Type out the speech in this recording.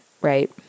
Right